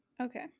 Okay